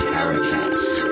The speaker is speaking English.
Paracast